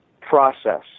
process